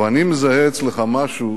אבל אני מזהה אצלך משהו